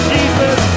Jesus